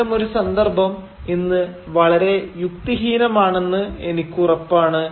അത്തരം ഒരു സന്ദർഭം ഇന്ന് വളരെ യുക്തിഹീനമാണെന്ന് എനിക്കുറപ്പാണ്